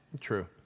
True